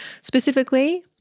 Specifically